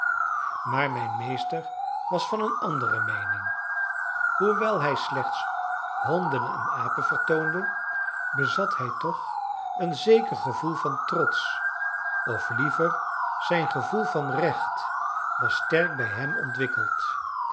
maar mijn meester was van een andere meening hoewel hij slechts honden en apen vertoonde bezat hij toch een zeker gevoel van trots of liever zijn gevoel van recht was sterk bij hem ontwikkeld